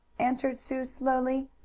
answered sue slowly.